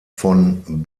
von